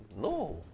No